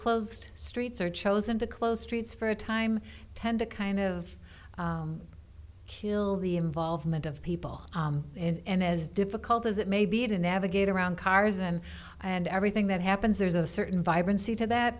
closed streets or chosen to close streets for a time tend to kind of kill the involvement of people and as difficult as it may be to navigate around cars and and everything that happens there's a certain vibrancy to that